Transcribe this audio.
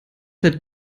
der